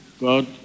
God